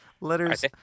letters